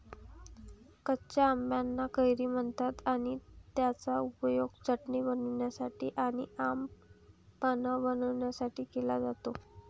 कच्या आंबाना कैरी म्हणतात आणि त्याचा उपयोग चटणी बनवण्यासाठी आणी आम पन्हा बनवण्यासाठी केला जातो